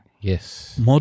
Yes